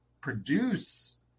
produce